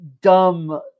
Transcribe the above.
dumb